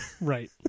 Right